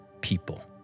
people